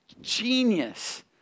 genius